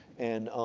and,